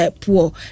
Poor